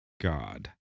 God